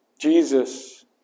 jesus